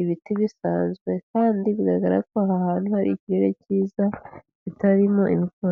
ibiti bisanzwe kandi bigaragara ko aha hantu hari ikirere cyiza ki bitarimo imvura.